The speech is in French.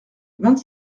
vingt